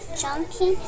chunky